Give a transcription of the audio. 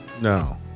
no